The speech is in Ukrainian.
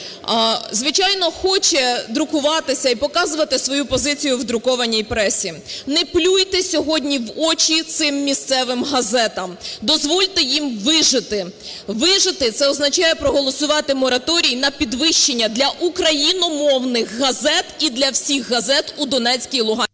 звичайно, хоче друкуватися і показувати свою позицію у друкованій пресі. Не плюйте сьогодні в очі цим місцевим газетам, дозвольте їм вижити. Вижити – це означає проголосувати мораторій на підвищення для україномовних газет і для всіх газет у Донецькій і Луганській…